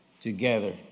together